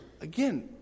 again